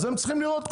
אז הם צריכים לראות,